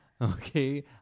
Okay